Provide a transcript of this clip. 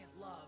love